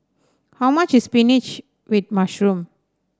how much is spinach with mushroom